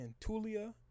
Antulia